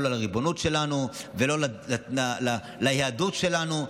לא על הריבונות שלנו ולא על היהדות שלנו.